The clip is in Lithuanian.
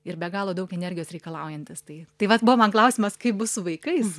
ir be galo daug energijos reikalaujantis tai tai vat buvo man klausimas kaip bus su vaikais